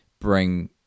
bring